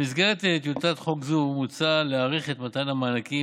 במסגרת טיוטת חוק זו מוצע להאריך את מתן המענקים